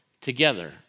together